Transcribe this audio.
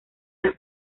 las